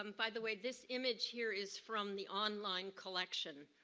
um by the way, this image here is from the online collection.